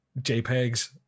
JPEGs